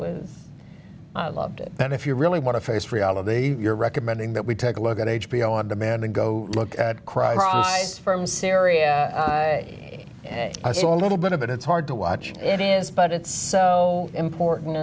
was i loved it but if you really want to face reality you're recommending that we take a look at h b o on demand and go look at crime from syria i saw a little bit of it it's hard to watch it is but it's so important